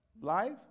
life